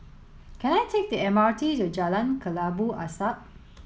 can I take the M R T to Jalan Kelabu Asap